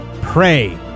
pray